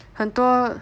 很多